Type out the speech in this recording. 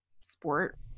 sport